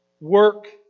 work